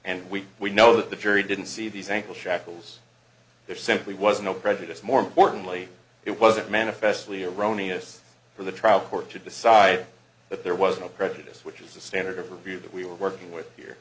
and we we know that the jury didn't see these ankle shackles there simply was no prejudice more importantly it wasn't manifestly erroneous for the trial court to decide that there was no prejudice which is the standard of review that we were working with here